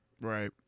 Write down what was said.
Right